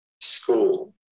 school